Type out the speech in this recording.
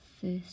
first